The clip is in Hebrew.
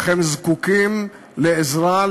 אך הם זקוקים לעזרה,